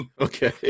Okay